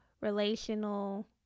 relational